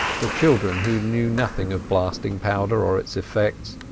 the children, who knew nothing of blasting powder or its effects,